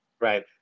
Right